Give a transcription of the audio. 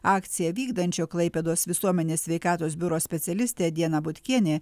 akciją vykdančio klaipėdos visuomenės sveikatos biuro specialistė diana butkienė